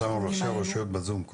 אנחנו